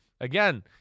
again